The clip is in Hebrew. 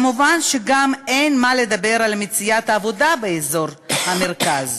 מובן שגם אין מה לדבר על מציאת עבודה באזור המרכז.